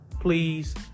Please